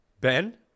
Ben